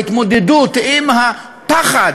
ההתמודדות עם הפחד